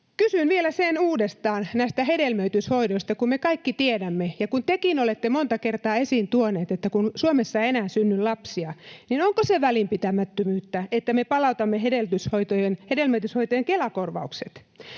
Kysyn vielä uudestaan näistä hedelmöityshoidoista: kun me kaikki tiedämme ja kun tekin olette monta kertaa esiin tuoneet, että Suomessa ei enää synny lapsia, niin onko se välinpitämättömyyttä, että me palautamme hedelmöityshoitojen Kela-korvaukset